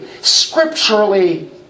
scripturally